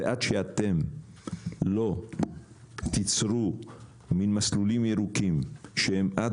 ועד שאתם לא תיצרו מין מסלולים ירוקים שהם אד